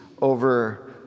over